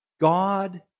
God